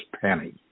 penny